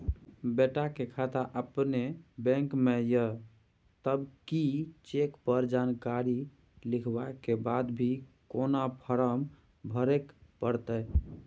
बेटा के खाता अपने बैंक में ये तब की चेक पर जानकारी लिखवा के बाद भी कोनो फारम भरबाक परतै?